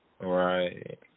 Right